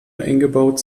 eingebaut